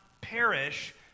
perish